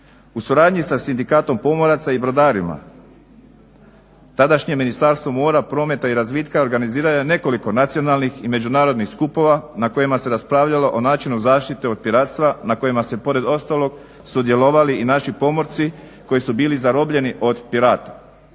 U suradnji sa Sindikatom pomoraca i brodarima tadašnje Ministarstvo mora, prometa i razvitka organiziralo je nekoliko nacionalnih i međunarodnih skupova na kojima se raspravljalo o načinu zaštite od piratstva na kojima su pored ostalog sudjelovali i naši pomorci koji su bili zarobljeni od pirata.